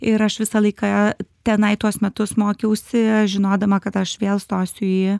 ir aš visą laiką tenai tuos metus mokiausi žinodama kad aš vėl stosiu į